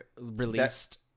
released